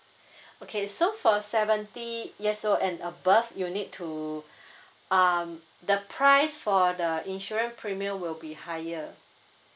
okay so for the seventy years old and above you need to um the price for the insurance premium will be higher